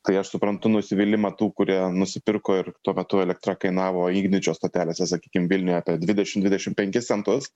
tai aš suprantu nusivylimą tų kurie nusipirko ir tuo metu elektra kainavo igničio stotelėse sakykim vilniuje apie dvidešim dvidešim penkis centus